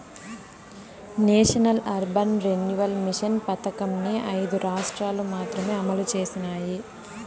national urban renewal mission పథకంని ఐదు రాష్ట్రాలు మాత్రమే అమలు చేసినాయి